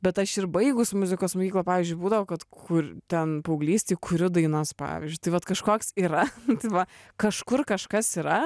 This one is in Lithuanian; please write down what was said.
bet aš ir baigus muzikos mokyklą pavyzdžiui būdavo kad kur ten paauglystėj kuriu dainas pavyzdžiui tai vat kažkoks yra nu tai va kažkur kažkas yra